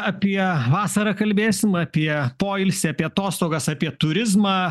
apie vasarą kalbėsim apie poilsį apie atostogas apie turizmą